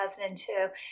2002